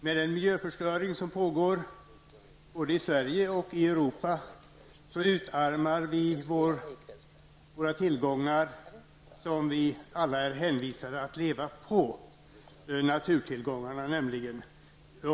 Med den miljöförstöring som pågår både i Sverige och i Europa utarmar vi de tillgångar som vi alla är hänvisade att leva på, dvs. naturtillgångarna.